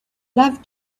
love